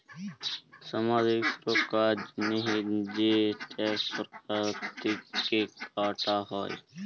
ছামাজিক ছুরক্ষার জন্হে যে ট্যাক্স সরকার থেক্যে কাটা হ্যয়